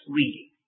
reading